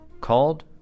called